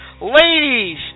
Ladies